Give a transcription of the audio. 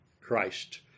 Christ